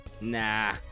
Nah